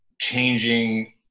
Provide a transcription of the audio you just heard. changing